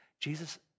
Jesus